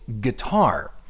guitar